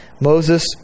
Moses